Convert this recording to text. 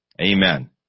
Amen